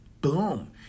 Boom